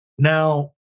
Now